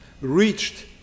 reached